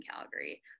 Calgary